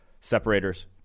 separators